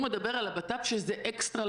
הוא מדבר על הבט"פ שזה אקסטרה.